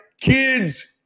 kids